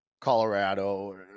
Colorado